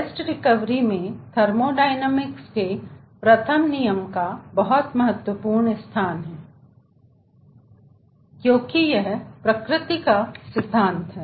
best recovery में thermodynamics के प्रथम नियम का बहुत महत्वपूर्ण स्थान है क्योंकि यह प्रकृति का सिद्धांत है